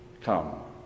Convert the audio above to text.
come